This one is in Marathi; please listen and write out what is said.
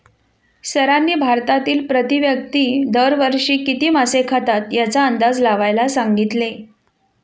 सरांनी भारतातील प्रति व्यक्ती दर वर्षी किती मासे खातात याचा अंदाज लावायला सांगितले?